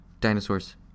dinosaurs